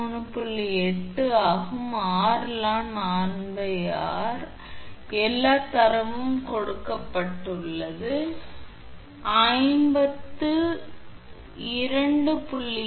8 ஆகும் r ln Rrஎல்லா தரவும் கொடுக்கப்பட்டுள்ளது 52